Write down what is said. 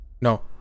No